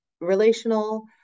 Relational